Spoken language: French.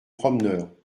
promeneurs